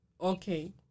Okay